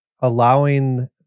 allowing